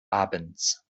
abends